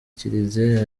kiliziya